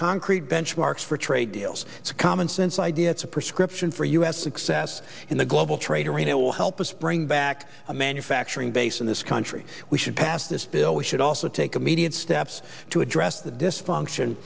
concrete benchmarks for trade deals it's commonsense idea it's a prescription for us excess in the global trade arena will help us bring back our manufacturing base in this country we should pass this bill we should also take immediate steps to address the dysfunction